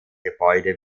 gebäude